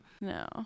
No